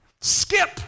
skip